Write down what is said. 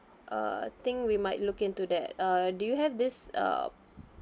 uh think we might look into that uh do you have this uh